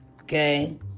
Okay